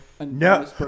no